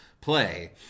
play